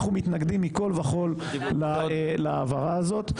אנחנו מתנגדים מכל וכל להעברה הזאת,